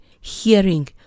Hearing